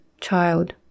child